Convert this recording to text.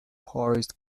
poorest